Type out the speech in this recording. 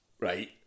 right